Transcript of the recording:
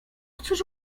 cóż